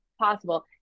possible